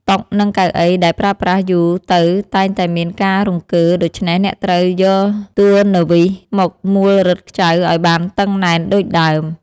តុ និងកៅអីដែលប្រើប្រាស់យូរទៅតែងតែមានការរង្គើ ដូច្នេះអ្នកត្រូវយកទួណឺវីសមកមួលរឹតខ្ចៅឱ្យបានតឹងណែនដូចដើម។